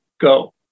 go